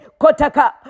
Kotaka